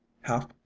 half